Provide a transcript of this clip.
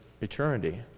eternity